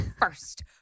first